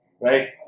right